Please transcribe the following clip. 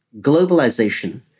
globalization